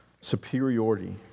superiority